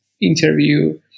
interview